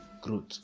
growth